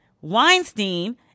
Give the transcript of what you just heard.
Weinstein